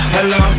Hello